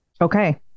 Okay